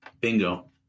Bingo